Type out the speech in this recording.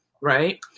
right